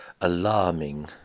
alarming